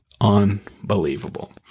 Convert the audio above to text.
Unbelievable